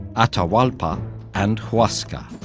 atahualpa and huascar,